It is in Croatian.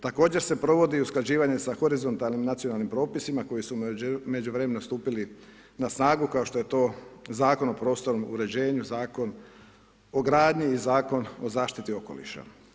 Također se provodi usklađivanje sa horizontalnim nacionalnim propisima koji su u međuvremenu stupili na snagu kao što je to Zakon o prostornom uređenju, Zakon o gradnji i Zakon o zaštiti okoliša.